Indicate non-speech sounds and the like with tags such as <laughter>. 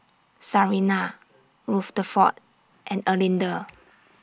Sarina Rutherford and Erlinda <noise>